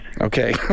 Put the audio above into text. Okay